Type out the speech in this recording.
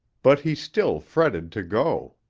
but he still fretted to go.